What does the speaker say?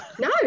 No